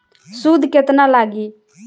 सूद केतना लागी?